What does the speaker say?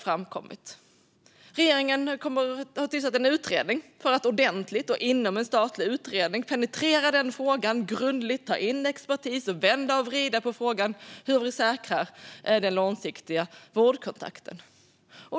Regeringen har tillsatt en statlig utredning som ska penetrera frågan grundligt, ta in expertis och vända och vrida på frågan om hur vi säkrar den långsiktiga vårdkontakten.